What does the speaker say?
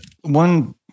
one